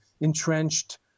entrenched